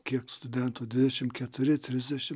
kiek studentų dvidešim keturi trisdešim